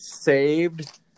saved